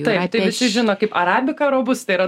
taip tai visi žino kaip arabiška robusta yra